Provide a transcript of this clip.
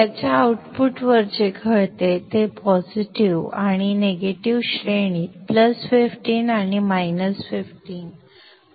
याच्या आउटपुटवर जे घडते ते पॉझिटिव्ह आणि निगेटिव्ह श्रेणीत 15 आणि 15 वर स्विंग होईल